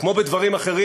כמו בדברים אחרים,